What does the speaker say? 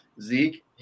Zeke